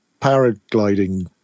paragliding